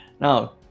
Now